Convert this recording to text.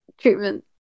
treatment